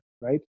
right